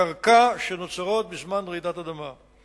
הקרקע שנוצרות בזמן רעידת אדמה.